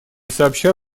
сообща